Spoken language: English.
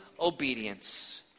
obedience